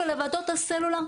ולוועדות הסלולר,